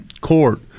court